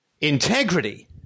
integrity